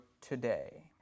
today